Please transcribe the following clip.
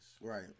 Right